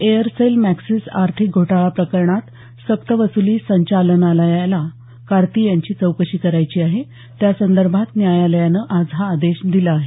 Aircel Maxis आर्थिक घोटाळा प्रकरणात सक्त वसुली संचालनालयाला कार्ती यांची चौकशी करायची आहे त्या संदर्भात न्यायालयानं आज हा आदेश दिला आहे